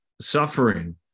suffering